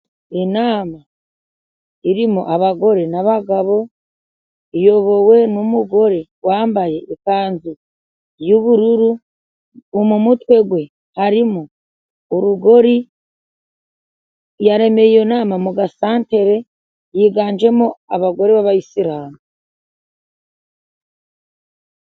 Inama irimo abagore n'abagabo, iyobowe n'umugore wambaye ikanzu y'ubururu, mu mutwe we harimo urugori, yaremeye iyo nama mu gasatere, yiganjemo abagore b'abayisilamu.